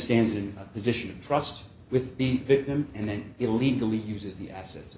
stands in a position of trust with the victim and then illegally uses the assets